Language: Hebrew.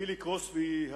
פיליפ קרוסבי,